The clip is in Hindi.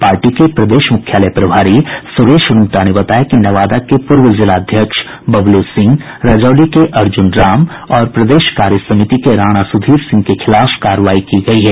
पार्टी के प्रदेश मुख्यालय प्रभारी सुरेश रूंगटा ने बताया कि नवादा के पूर्व जिलाध्यक्ष बबलू सिंह रजौली के अर्जुन राम और प्रदेश कार्य समिति के राणा सुधीर सिंह के खिलाफ कार्रवाई की गयी है